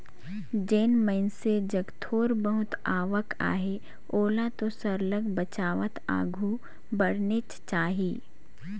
जेन मइनसे जग थोर बहुत आवक अहे ओला तो सरलग बचावत आघु बढ़नेच चाही